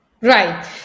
Right